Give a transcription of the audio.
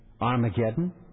Armageddon